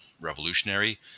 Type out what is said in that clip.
revolutionary